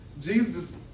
Jesus